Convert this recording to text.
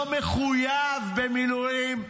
לא מחויב במילואים.